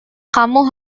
kamu